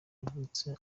yavutse